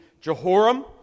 Jehoram